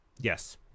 yes